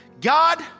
God